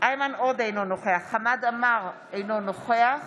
איימן עודה, אינו נוכח חמד עמאר, אינו נוכח